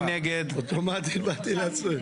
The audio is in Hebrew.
אוטומטית באתי להצביע.